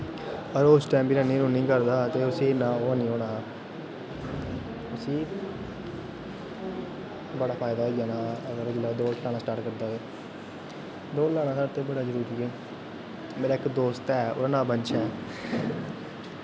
अगर उस टैम बी रनिंग रुन्निंग करदा हा ते इन्ना ओह् निं होना हा उस्सी बड़ा फैदा होई जाना हा अगर दौड़ स्टार्ट करदा हा ओह् दौैड़ लाना साढ़ै ते बड़ा जरूरी ऐ मेरा इक दोस्त ऐ ओह्दा नांऽ बंश ऐ